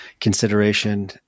consideration